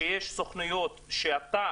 שיש סוכנויות שאתה,